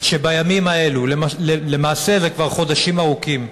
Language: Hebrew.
שבימים האלה, ולמעשה זה כבר חודשים ארוכים,